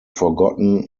forgotten